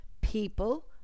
people